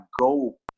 go